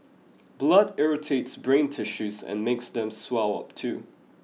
blood irritates brain tissues and makes them swell up too